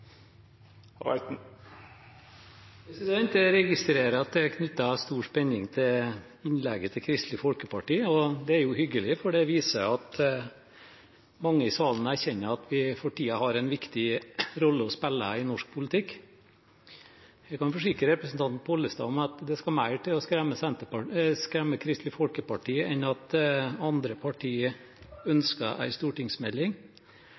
Jeg registrerer at det er knyttet stor spenning til innlegget fra Kristelig Folkeparti. Det er hyggelig, for det viser at mange i salen erkjenner at vi for tiden har en viktig rolle å spille i norsk politikk. Jeg kan forsikre representanten Pollestad om at det skal mer til for å skremme Kristelig Folkeparti enn at andre